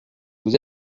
vous